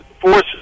forces